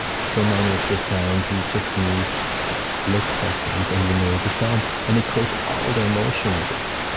so many of those sounds, you just need a split second and you know the sound. and it creates all the emotion of it